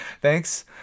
thanks